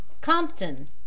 Compton